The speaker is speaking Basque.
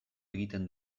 egiten